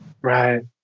Right